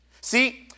See